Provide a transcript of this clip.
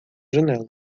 janela